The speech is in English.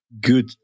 good